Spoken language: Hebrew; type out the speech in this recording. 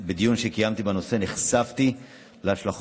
בדיון שקיימתי בנושא נחשפתי להשלכות